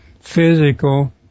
physical